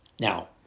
now